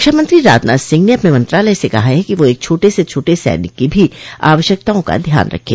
रक्षामंत्री राजनाथ सिंह ने अपने मंत्रालय से कहा है कि वह एक छोटे से छोटे सैनिक की भी आवश्यकताओं का ध्यान रखे